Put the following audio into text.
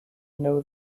know